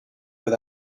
with